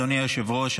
אדוני היושב-ראש,